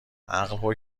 عقل